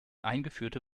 eingeführte